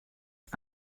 dit